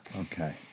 Okay